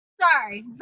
Sorry